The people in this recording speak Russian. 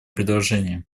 предложения